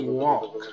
walk